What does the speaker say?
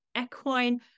Equine